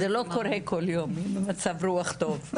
זה לא קורה כל יום, מצב רוח טוב.